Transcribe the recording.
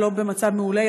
אבל לא במצב מעולה.